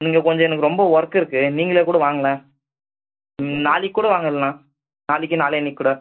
இங்கே கொஞ்சம் எனக்கு ரொம்ப ஒர்க் இருக்குது நீங்களே கூட வாங்களேன் நாளைக்கு கூட வாங்க இல்லைனா நாளைக்கு நாளான்னைக்கு கூட